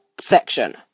section